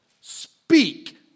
speak